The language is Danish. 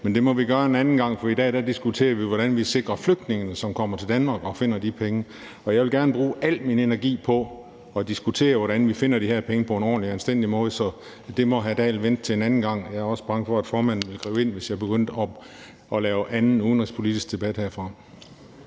det må vi gøre en anden gang, for i dag diskuterer vi jo, hvordan vi sikrer flygtningene, som kommer til Danmark, og finder de penge. Jeg vil gerne bruge al min energi på at diskutere, hvordan vi finder de her penge på en ordentlig og anstændig måde, så der må hr. Henrik Dahl vente til en anden gang. Jeg er også bange for, at formanden ville gribe ind, hvis jeg begyndte at lave anden udenrigspolitisk debat herfra.